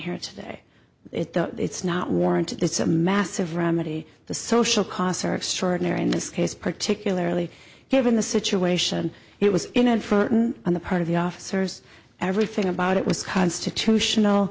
here today it's the it's not warrant it's a massive remedy the social costs are extraordinary in this case particularly given the situation it was inadvertent on the part of the officers everything about it was constitutional